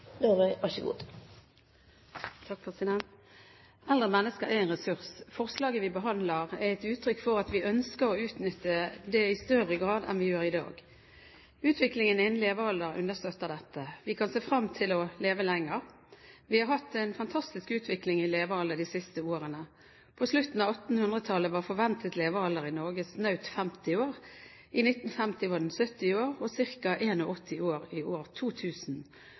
en ressurs. Forslaget vi behandler, er et uttrykk for at vi ønsker å utnytte det i større grad enn vi gjør i dag. Utviklingen i levealder understøtter dette. Vi kan se frem til å leve lenger. Vi har hatt en fantastisk utvikling i levealder de siste årene. På slutten av 1800-tallet var forventet levealder i Norge snaut 50 år, i 1950 var den 70 år og i 2000 ca. 81 år. I 2009 ble det ifølge Folkehelseinstituttet registrert de høyeste tallene for forventet levealder noensinne, med 83,1 år